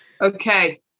Okay